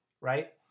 right